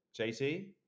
JT